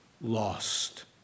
lost